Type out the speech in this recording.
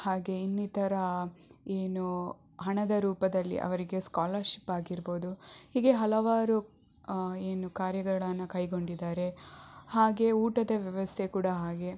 ಹಾಗೆ ಇನ್ನಿತರ ಏನು ಹಣದ ರೂಪದಲ್ಲಿ ಅವರಿಗೆ ಸ್ಕಾಲರ್ಶಿಪ್ ಆಗಿರ್ಬೌದು ಹೀಗೆ ಹಲವಾರು ಏನು ಕಾರ್ಯಗಳನ್ನು ಕೈಗೊಂಡಿದ್ದಾರೆ ಹಾಗೆ ಊಟದ ವ್ಯವಸ್ಥೆ ಕೂಡ ಹಾಗೆ